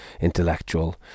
intellectual